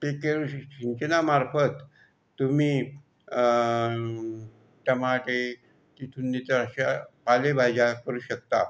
ती ते सिंचनामार्फत तुम्ही टमाटे तिथून इथं अशा पालेभाज्या करू शकता